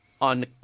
on